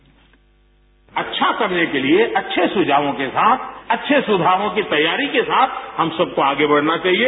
bite अच्छा करने के लिए अच्छे सुझावों के साथ अच्छे सुधारों की तैयारी के साथ हम सबकों आगे बढ़ना चाहिए